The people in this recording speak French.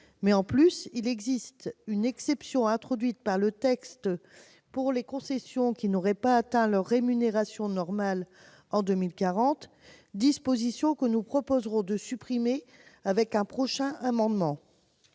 De plus, il existe une exception introduite par le texte pour les concessions qui n'auraient pas atteint leur « rémunération normale » en 2040, disposition que nous proposerons de supprimer au travers d'un prochain amendement.